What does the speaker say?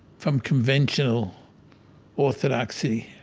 from conventional orthodoxy.